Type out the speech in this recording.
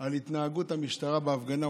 על התנהגות המשטרה בהפגנה.